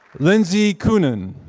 lindsey coonan.